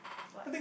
what